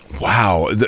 Wow